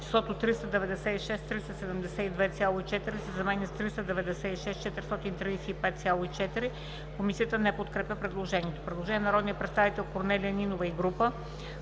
числото „83 075,8“ се заменя с „98 075,8“.“ Комисията не подкрепя предложението. Предложение от народния представител Корнелия Нинова и група